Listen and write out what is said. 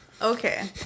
Okay